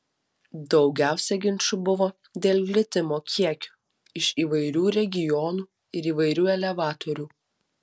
daugiausiai ginčų buvo dėl glitimo kiekio iš įvairių regionų ir įvairių elevatorių